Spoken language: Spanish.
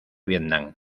vietnam